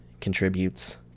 contributes